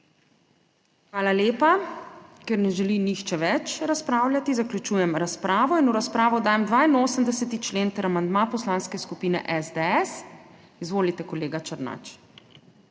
Hvala lepa. Ker ne želi nihče več razpravljati, zaključujem razpravo. V razpravo dajem 82. člen ter amandma Poslanske skupine SDS. Izvolite, kolega Černač.